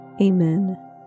Amen